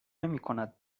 نمیکند